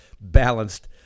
balanced